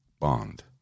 Bond